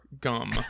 gum